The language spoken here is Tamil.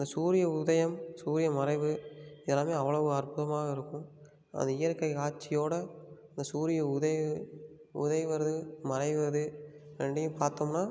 இந்த சூரிய உதயம் சூரியன் மறைவு இதெல்லாமே அவ்வளவு அற்புதமாக இருக்கும் அது இயற்கைக் காட்சியோடு இந்த சூரிய உதய உதைவரது மறைவது ரெண்டையும் பார்த்தோம்ன்னா